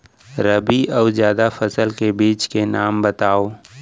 रबि अऊ जादा फसल के बीज के नाम बताव?